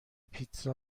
پیتزا